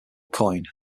coin